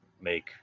make